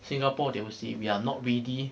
singapore they will say we are not ready